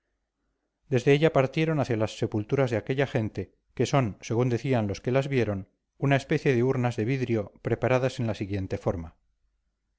desde ella partieron hacia las sepulturas de aquella gente que son según decían los que las vieron una especie de urnas de vidrio preparadas en la siguiente forma